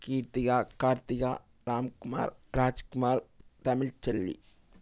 Keerthika Karthika Ramkumar Rajkumar Tamilselvi